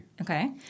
Okay